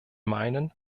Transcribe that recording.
meinen